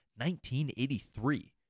1983